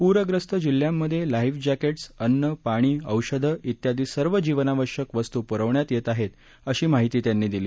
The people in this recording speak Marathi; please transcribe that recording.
पूरग्रस्त जिल्ह्यांमधे लाईफ जॅकेटस् अन्न पाणी औषधं इत्यादी सर्व जीवनाश्यक वस्तू प्रवण्यात येत आहेत अशी माहिती त्यांनी दिली